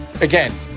Again